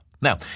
Now